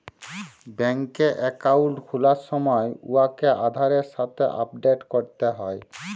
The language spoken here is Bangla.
ব্যাংকে একাউল্ট খুলার সময় উয়াকে আধারের সাথে আপডেট ক্যরতে হ্যয়